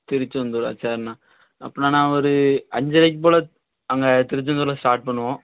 திருச்செந்தூரா சரிண்ணா அப்படின்னா நான் ஒரு அஞ்சரைக்கு போல் அங்கே திருச்செந்தூர்ல ஸ்டார்ட் பண்ணுவோம்